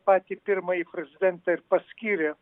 patį pirmąjį prezidentą ir paskyrė